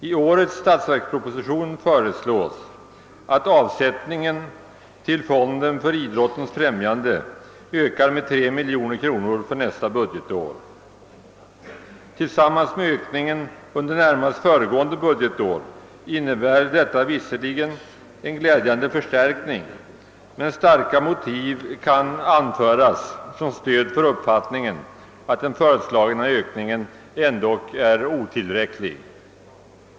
I årets statsverksproposition föreslås att avsättningen till fonden för idrottens främjande skall ökas med 3 miljoner kronor för nästa budgetår. Tillsammans med ökningen under närmast föregående budgetår innebär detta visserligen en glädjande förstärkning, men starka motiv kan anföras som stöd för uppfattningen att den föreslagna ökningen ändå är otillräcklig.